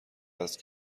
است